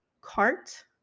cart